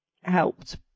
helped